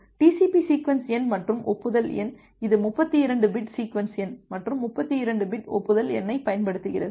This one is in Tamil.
TCP சீக்வென்ஸ் எண் மற்றும் ஒப்புதல் எண் இது 32 பிட் சீக்வென்ஸ் எண் மற்றும் 32 பிட் ஒப்புதல் எண்ணைப் பயன்படுத்துகிறது